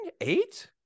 eight